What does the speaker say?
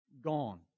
gone